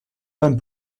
beim